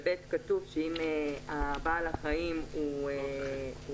סעיף ב' שם אומר: " אם היה הבעל חי הנושך כלב,